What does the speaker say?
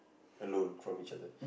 alone from each other